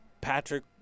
Patrick